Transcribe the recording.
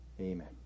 Amen